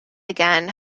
again